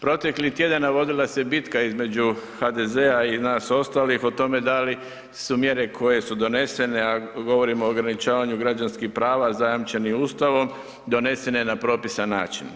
Proteklih tjedana vodila se bitka između HDZ-a i nas ostalih o tome da li su mjere koje su donesene, a govorim o ograničavanju građanskih prava zajamčenih Ustavom, donesene na propisan način.